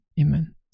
Amen